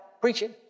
preaching